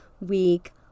week